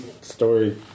story